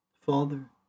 father